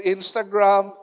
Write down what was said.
Instagram